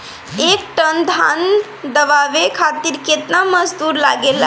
एक टन धान दवावे खातीर केतना मजदुर लागेला?